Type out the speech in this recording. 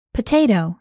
Potato